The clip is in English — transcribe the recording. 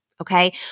okay